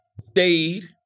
Stayed